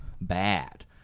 bad